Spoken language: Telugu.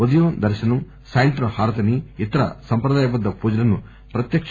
ఉదయం దర్శనం సాయంత్రం హారతిని ఇతర సంప్రదాయబద్ద పూజలను ప్రత్యక